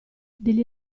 degli